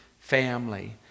family